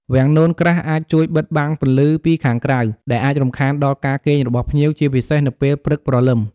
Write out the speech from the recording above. វាំងននក្រាស់អាចជួយបិទបាំងពន្លឺពីខាងក្រៅ ដែលអាចរំខានដល់ការគេងរបស់ភ្ញៀវ ជាពិសេសនៅពេលព្រឹកព្រលឹម។